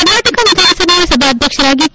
ಕರ್ನಾಟಕ ವಿಧಾನಸಭೆಯ ಸಭಾಧಕ್ಷರಾಗಿ ಕೆ